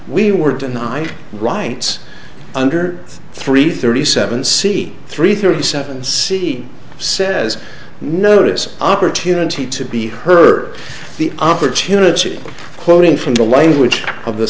we were tonight rights under three thirty seven c three thirty seven c says notice opportunity to be her the opportunity quoting from the language of the